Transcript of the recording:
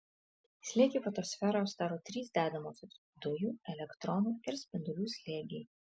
slėgį fotosferoje sudaro trys dedamosios dujų elektronų ir spindulių slėgiai